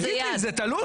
תגיד לי, זה תלוש?